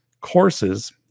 courses